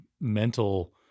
mental